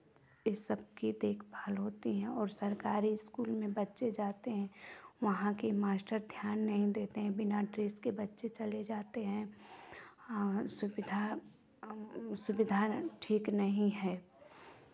इस सबकी देखभाल होती हैं और सरकारी स्कूल में बच्चे जाते हें वहाँ के मास्टर ध्यान नहीं देते हैं बिना ड्रेस के बच्चे चले जाते हैं और सुविधा सुविधा ठीक नहीं है